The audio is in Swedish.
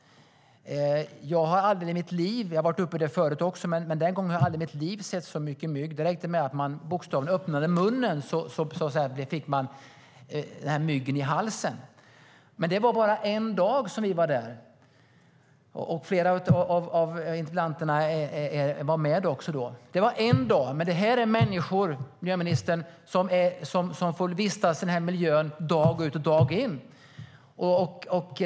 Jag har varit där uppe förut, men jag har aldrig i mitt liv sett så mycket mygg som den gången. Det räckte med att man öppnade munnen så fick man bokstavligen myggen i halsen. Det var bara en dag vi var där, och flera av interpellanterna var med. Men människorna där får vistas i den miljön dag ut och dag in, miljöministern.